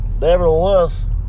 nevertheless